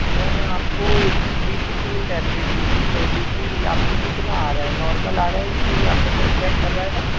मैंने आपको B P के लिए टैबलेट दी थी तो बी पी आपकी कितना आ रहा है नॉर्मल आ रहा है कि आपने चेक करवाया था